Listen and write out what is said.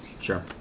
Sure